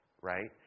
right